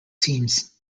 teams